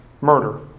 Murder